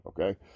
okay